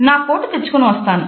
నా కోటు తెచ్చుకుని వస్తాను